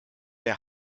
der